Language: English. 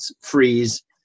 freeze